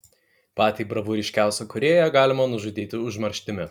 patį bravūriškiausią kūrėją galima nužudyti užmarštimi